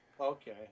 Okay